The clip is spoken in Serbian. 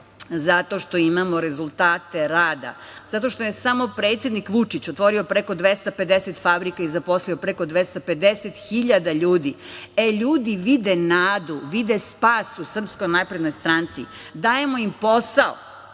Zato što imamo rezultate rada, zato što je samo predsednik Vučić otvorio preko 250 fabrika i zaposlio preko 250 hiljada ljudi. Ljudi vide nadu, vide spas u SNS. Dajemo im posao.